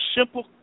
simple